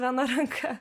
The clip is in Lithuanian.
viena ranka